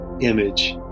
image